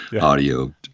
audio